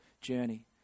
journey